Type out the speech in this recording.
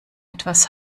etwas